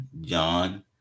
John